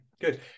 good